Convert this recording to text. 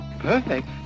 Perfect